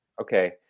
Okay